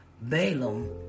Balaam